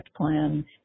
plan